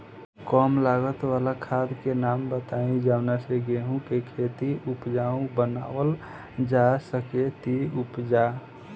कम लागत वाला खाद के नाम बताई जवना से गेहूं के खेती उपजाऊ बनावल जा सके ती उपजा?